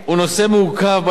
תעסוקתיות וחברתיות,